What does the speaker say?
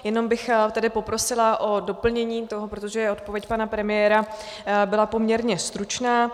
Jenom bych tedy poprosila o doplnění toho, protože odpověď pana premiéra byla poměrně stručná.